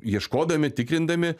ieškodami tikrindami